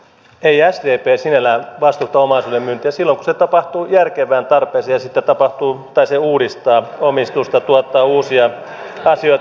ei sdp sinällään vastusta omaisuuden myyntiä silloin kun se tapahtuu järkevään tarpeeseen tai se uudistaa omistusta tuottaa uusia asioita